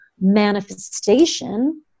manifestation